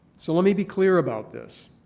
so let me be clear about this.